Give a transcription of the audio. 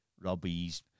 Robbie's